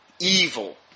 evil